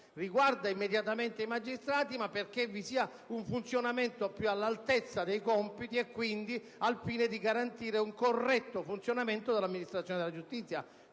riguarda immediatamente i magistrati, ma perché vi sia un funzionamento più all'altezza dei compiti, e quindi al fine di garantire un corretto funzionamento dell'amministrazione della giustizia.